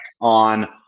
on